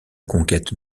conquête